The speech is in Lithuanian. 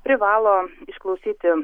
privalo išklausyti